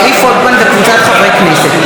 רועי פולקמן וקבוצת חברי הכנסת,